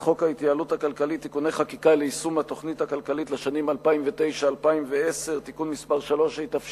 זה 19. הצעת חוק זכויות הסטודנט (תיקון מס' 3) (תלמידי מוסדות לאמנות),